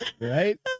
Right